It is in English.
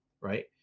right